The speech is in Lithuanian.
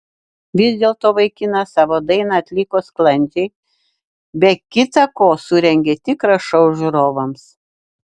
vis dėlto vaikinas savo dainą atliko sklandžiai be kita ko surengė tikrą šou žiūrovams